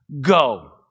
Go